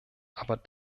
aber